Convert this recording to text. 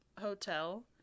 hotel